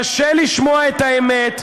קשה לשמוע את האמת.